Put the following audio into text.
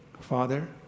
Father